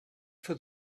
for